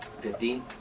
Fifteen